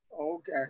Okay